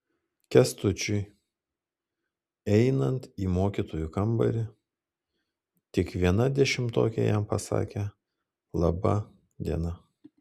kęstučiui einant į mokytojų kambarį tik viena dešimtokė jam pasakė laba diena